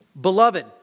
Beloved